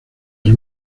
del